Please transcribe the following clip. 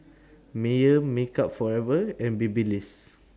Mayer Makeup Forever and Babyliss